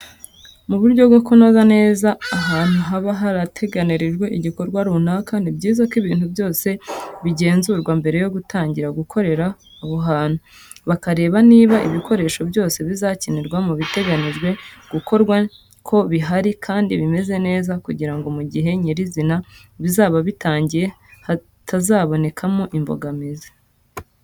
Mu buryo bwo kunoza neza ahantu haba harateganirijwe igikorwa runaka, ni byiza ko ibintu byose bigenzurwa mbere yo gutanguira gukorera aho hantu, bakareba niba ibikoresho byose bizakenerwa mu biteganijwe gukorwa ko bihari kandi bimeze neza kugirango mu gihe nyirizina bizaba bitangiye hatazabonekamo imbogamizi.